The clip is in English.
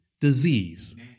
disease